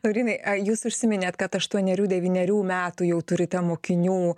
laurynai jūs užsiminėt kad aštuonerių devynerių metų jau turite mokinių